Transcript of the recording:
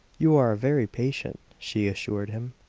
you are very patient, she assured him.